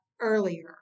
earlier